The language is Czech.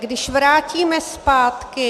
Když vrátíme zpátky...